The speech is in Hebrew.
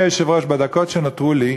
אדוני היושב-ראש, בדקות שנותרו לי,